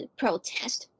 protest